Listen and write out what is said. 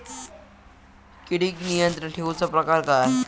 किडिक नियंत्रण ठेवुचा प्रकार काय?